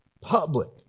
public